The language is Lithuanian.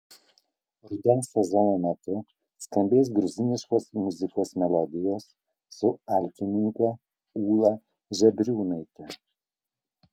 rudens sezono metu skambės gruziniškos muzikos melodijos su altininke ūla žebriūnaite